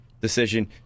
decision